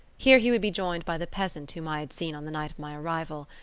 here he would be joined by the peasant whom i had seen on the night of my arrival,